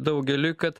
daugeliui kad